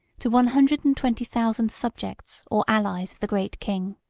to one hundred and twenty thousand subjects, or allies, of the great king.